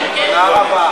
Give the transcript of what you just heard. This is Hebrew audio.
אלקטרונית.